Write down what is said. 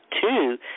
two